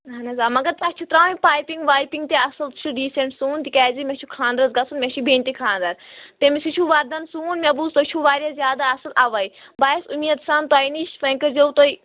اَہَن حظ آ مگر تۄہہِ چھِ ترٛاوٕنۍ پایپِنٛگ وایپِنٛگ تہِ اَصٕل چھُ ڈیٖسنٛٹ سُوُن تِکیٛازِ مےٚ چھُ خاندرَس گژھُن مےٚ چھُ بیٚنہِ تہِ خانٛدر تٔمِس یہِ چھُ وَردَن سُوُن مےٚ بوٗز تۄہہِ چھُو واریاہ زیادٕ اَصٕل اَوَے بہٕ آٮ۪س اُمید سان تۄہہِ نِش وۄنۍ کٔرۍ زیٚو تُہۍ